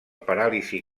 paràlisi